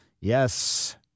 Yes